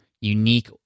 unique